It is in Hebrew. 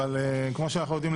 אבל כמו שאנחנו יודעים,